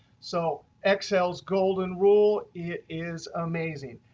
so excel's golden rule is amazing.